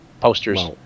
posters